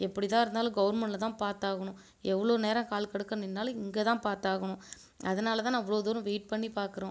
எப்படிதான் இருந்தாலும் கவர்மெண்ட்டில் தான் பார்த்தாகணும் எவ்வளோ நேரம் கால் கடுக்க நின்றாலும் இங்கேதான் பார்த்தாகணும் அதனால்தான் நான் இவ்வளோ தூரம் வெயிட் பண்ணி பார்க்குறோம்